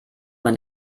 man